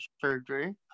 surgery